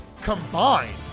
combined